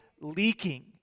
leaking